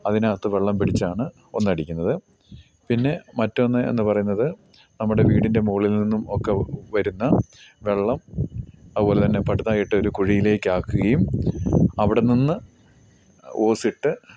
അതിനകത്ത് വെള്ളം പിടിച്ചാണ് ഒന്നടിക്കുന്നത് പിന്നെ മറ്റൊന്ന് എന്നു പറയുന്നത് നമ്മുടെ വീടിൻ്റെ മുകളിൽ നിന്നും ഒക്കെ വരുന്ന വെള്ളം അതു പോലെ തന്നെ പടുതയായിട്ട് ഒരു കുഴിയിലേക്ക് ആക്കുകയും അവിടെ നിന്ന് ഓസിട്ട്